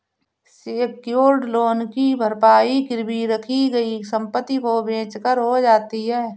secured loan की भरपाई गिरवी रखी गई संपत्ति को बेचकर हो जाती है